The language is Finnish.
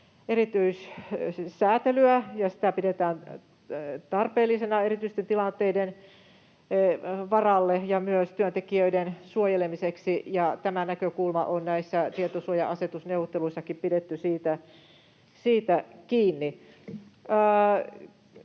erityissäätelyä. Sitä pidetään tarpeellisena erityisten tilanteiden varalle ja myös työntekijöiden suojelemiseksi, ja tästä näkökulmasta on näissä tietosuoja-asetusneuvotteluissakin pidetty kiinni.